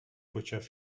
почав